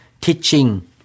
teaching